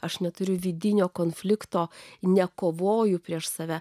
aš neturiu vidinio konflikto nekovoju prieš save